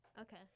Okay